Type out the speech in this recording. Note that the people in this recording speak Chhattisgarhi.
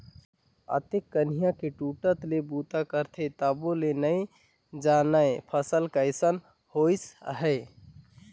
अतेक कनिहा के टूटट ले बूता करथे तभो ले नइ जानय फसल कइसना होइस है